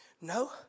No